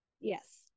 Yes